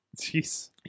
Jeez